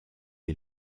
est